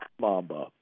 Mamba